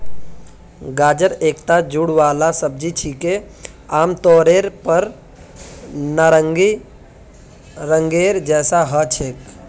गाजर एकता जड़ वाला सब्जी छिके, आमतौरेर पर नारंगी रंगेर जैसा ह छेक